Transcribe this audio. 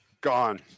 Gone